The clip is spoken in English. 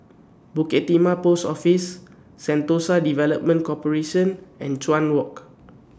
Bukit Timah Post Office Sentosa Development Corporation and Chuan Walk